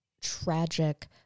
tragic